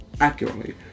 accurately